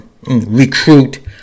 recruit